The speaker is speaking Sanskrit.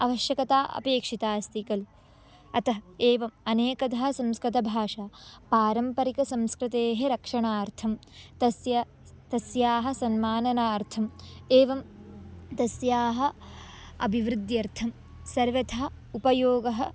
आवश्यकता अपेक्षिता अस्ति खलु अतः एवम् अनेकधा संस्कृतभाषा पारम्परिक संस्कृतेः रक्षणार्थं तस्य तस्याः सन्माननार्थम् एवं तस्याः अभिवृद्ध्यर्थं सर्वथा उपयोगः